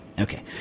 Okay